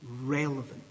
relevant